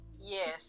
yes